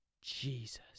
Jesus